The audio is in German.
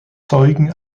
zeugen